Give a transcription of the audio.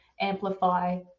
amplify